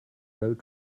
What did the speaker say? road